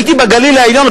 הייתי בגליל העליון.